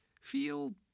feel